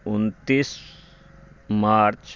उन्तीस मार्च